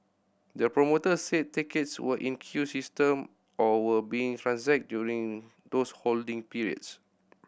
the promoter said tickets were in queue system or were being transacted during those holding periods